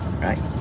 Right